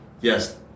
yes